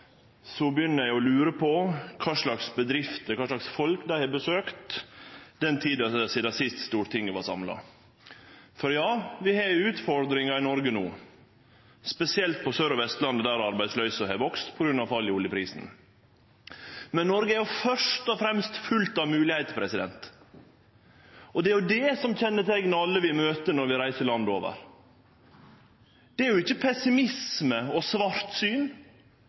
dag, begynner eg å lure på kva slag bedrifter, kva slag folk, dei har besøkt sidan sist Stortinget var samla. Ja, vi har utfordringar i Noreg no, spesielt på Sør- og Vestlandet, der arbeidsløysa har vakse på grunn av fall i oljeprisen. Men Noreg er først og fremst fullt av moglegheiter, og det er jo det som kjenneteiknar alle vi møter når vi reiser landet rundt. Det er ikkje pessimisme og